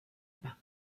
pas